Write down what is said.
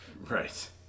Right